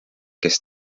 kes